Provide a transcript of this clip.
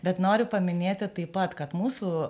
bet noriu paminėti taip pat kad mūsų